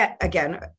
Again